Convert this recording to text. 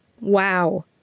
wow